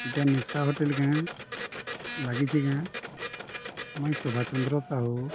ଏଇଟା ନିଶା ହୋଟେଲ କାଁ ଲାଗିଛି କାଁ ମୁଇଁ ଶୋଭାଚନ୍ଦ୍ର ସାହୁ